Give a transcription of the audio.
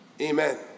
Amen